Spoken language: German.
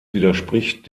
widerspricht